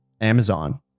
Amazon